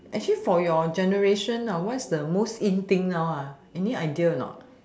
actually for your generation what's the most in thing now any idea a not